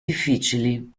difficili